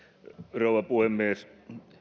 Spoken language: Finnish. rouva puhemies